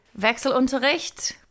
Wechselunterricht